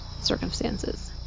circumstances